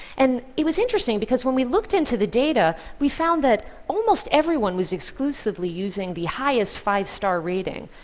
and it was interesting because when we looked into the data, we found that almost everyone was exclusively using the highest five-star rating,